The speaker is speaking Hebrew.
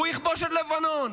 הוא יכבוש את לבנון.